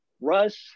Russ